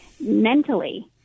mentally